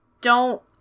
don't-